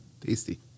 Tasty